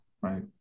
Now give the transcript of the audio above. Right